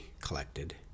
collected